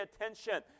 attention